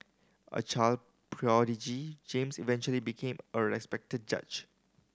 a child prodigy James eventually became a respected judge